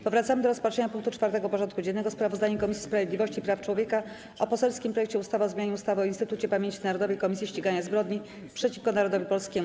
Powracamy do rozpatrzenia punktu 4. porządku dziennego: Sprawozdanie Komisji Sprawiedliwości i Praw Człowieka o poselskim projekcie ustawy o zmianie ustawy o Instytucie Pamięci Narodowej - Komisji Ścigania Zbrodni przeciwko Narodowi Polskiemu.